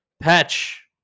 Patch